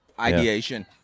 ideation